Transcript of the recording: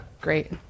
great